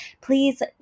please